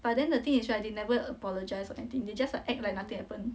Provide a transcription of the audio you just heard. but then the thing is right they never apologise or anything they just like act like nothing happened